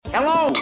Hello